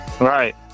Right